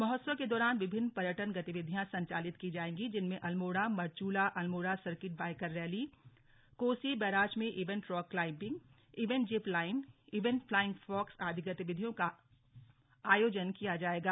महोत्सव के दौरान विभिन्न पर्यटन गतिविधियां संचालित कि जाएंगी जिनमें Almora Marchula Almora circuit biker rally Kosi barrage में event rock climbing event zip line event flying fox आदि गतिविधियों का आयोजन किया जायेगा